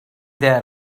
their